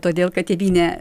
todėl kad tėvynę